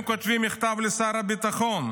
הם כותבים מכתב לשר הביטחון,